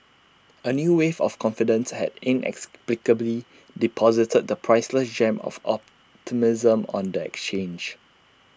A new wave of confidence had inexplicably deposited the priceless gem of optimism on the exchange